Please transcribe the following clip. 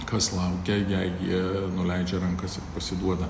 kas laukia jei jie nuleidžia rankas ir pasiduoda